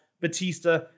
Batista